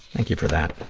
thank you for that.